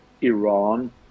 Iran